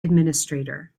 administrator